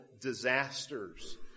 disasters